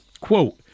Quote